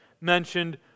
mentioned